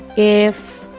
if